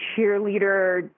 cheerleader